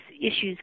issues